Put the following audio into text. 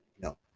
No